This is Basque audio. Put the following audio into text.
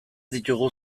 ditugu